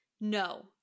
No